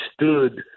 stood